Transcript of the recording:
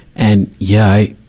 and, yeah, i,